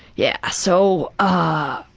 yeah, so, ah,